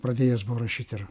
pradėjęs rašyt ir